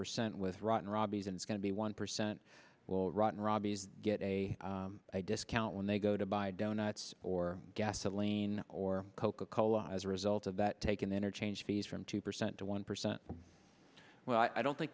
percent with rotten robbie's and it's going to be one percent well rotten robbie's get a discount when they go to buy donuts or gasoline or coca cola as a result of that taken interchange fees from two percent to one percent well i don't think